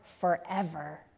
forever